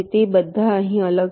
તે બધા અહીં અલગ છે